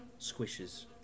squishes